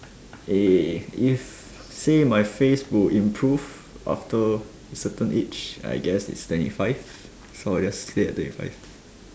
eh if say my face will improve after certain age I guess its twenty five four years ya stay at twenty five